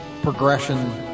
progression